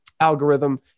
algorithm